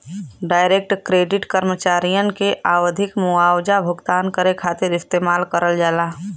direct credit कर्मचारियन के आवधिक मुआवजा भुगतान करे खातिर इस्तेमाल करल जाला